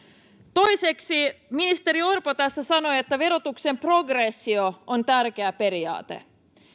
toiseksi ministeri orpo tässä sanoi että verotuksen progressio on tärkeä periaate